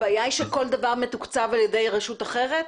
הבעיה היא שכל דבר מתוקצב על ידי רשות אחרת?